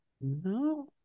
No